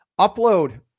upload